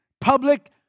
public